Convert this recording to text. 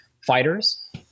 fighters